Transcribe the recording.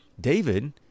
david